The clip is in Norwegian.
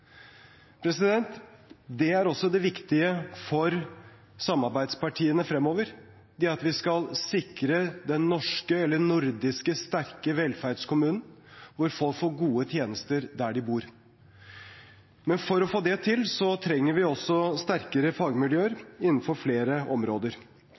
Det er også det viktige for samarbeidspartiene fremover – det at vi skal sikre den norske, eller nordiske, sterke velferdskommunen, der folk får gode tjenester der de bor. Men for å få det til trenger vi også sterkere fagmiljøer innenfor flere områder.